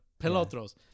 pelotros